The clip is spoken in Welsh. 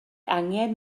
angen